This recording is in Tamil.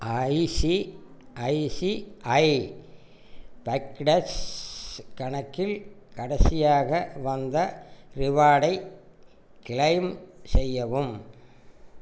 ஐசிஐசிஐ பாக்டெஸ் கணக்கில் கடைசியாக வந்த ரிவார்டை கிளைம் செய்யவும்